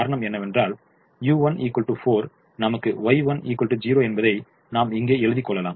காரணம் என்னவென்றால் u3 4 நமக்கும் Y3 0 என்பதை நாம் இங்க எழுதிக்கொள்வோம்